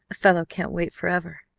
a fellow can't wait forever.